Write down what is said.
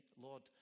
lord